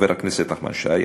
חבר הכנסת נחמן שי,